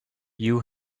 you